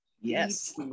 Yes